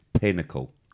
pinnacle